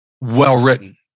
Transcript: well-written